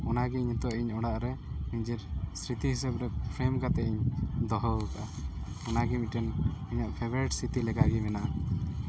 ᱚᱱᱟᱜᱮ ᱤᱧ ᱱᱤᱛᱚᱜ ᱚᱲᱟᱜ ᱨᱮ ᱡᱮ ᱥᱤᱨᱛᱤ ᱦᱤᱥᱟᱹᱵ ᱨᱮ ᱯᱷᱮᱨᱮᱢ ᱠᱟᱛᱮᱜ ᱤᱧ ᱫᱚᱦᱚᱣᱟᱠᱟᱜᱼᱟ ᱚᱱᱟ ᱜᱮ ᱢᱤᱫᱴᱮᱱ ᱤᱧᱟᱜ ᱯᱷᱮᱵᱟᱨᱮᱴ ᱥᱤᱨᱛᱤ ᱞᱮᱠᱟ ᱜᱮ ᱢᱮᱱᱟᱜᱼᱟ